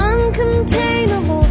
Uncontainable